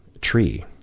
tree